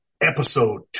episode